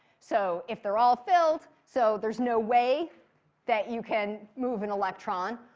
so, if they're all filled so, there's no way that you can move an electron.